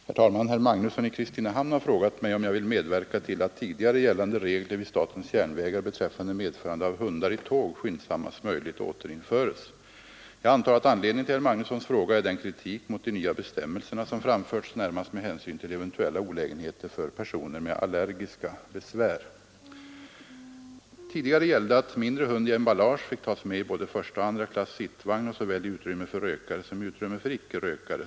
Herr talman! Herr Magnusson i Kristinehamn har frågat mig om jag vill medverka till att tidigare gällande regler vid statens järnvägar beträffande medförande av hundar i tåg skyndsammast möjligt återinföres. Jag antar att anledningen till herr Magnussons fråga är den kritik mot de nya bestämmelserna som framförts närmast med hänsyn till eventuella olägenheter för personer med allergiska besvär. Tidigare gällde att mindre hund i emballage fick tas med i både första och andra klass sittvagn och såväl i utrymme för rökare som i utrymme för icke rökare.